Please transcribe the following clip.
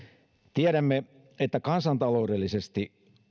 tiedämme että kansantaloudellisesti